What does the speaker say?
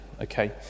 okay